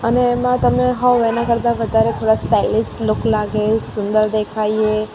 અને એમાં તમે હોવ એના કરતાં વધારે થોડા સ્ટાઇલિશ લુક લાગે સુંદર દેખાઈએ